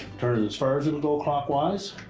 turn it as far as it will go clockwise.